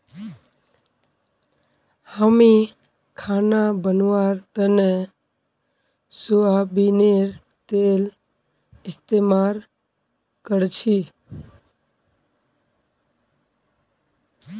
हामी खाना बनव्वार तने सोयाबीनेर तेल इस्तेमाल करछी